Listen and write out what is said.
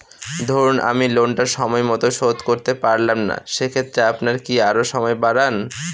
ধরুন আমি লোনটা সময় মত শোধ করতে পারলাম না সেক্ষেত্রে আপনার কি আরো সময় বাড়ান?